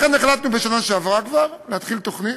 לכן החלטנו כבר בשנה שעברה להתחיל בתוכנית.